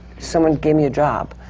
someone gave me a job,